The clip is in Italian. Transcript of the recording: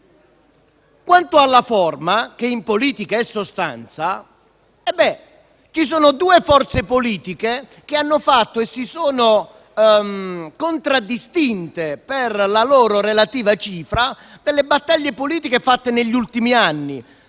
Quanto alla forma, che in politica è sostanza, ci sono due forze politiche che hanno fatto - e si sono contraddistinte, per la loro relativa cifra - delle battaglie politiche negli ultimi anni